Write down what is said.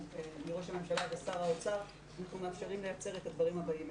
מראש הממשלה ושר האוצר אנחנו מאפשרים לייצר את הדברים הבאים.